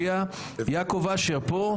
יעקב אשר פה,